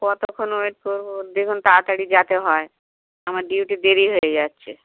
কতক্ষণ ওয়েট করবো দেখুন তাড়াতাড়ি যাতে হয় আমার ডিউটি দেরি হয়ে যাচ্ছে